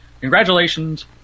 congratulations